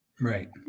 Right